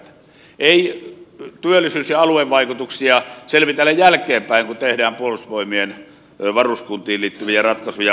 ei työllisyys ja aluevaikutuksia selvitellä jälkeenpäin kun tehdään puolustusvoimien varuskuntiin liittyviä ratkaisuja